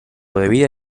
vida